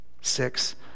Six